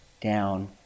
down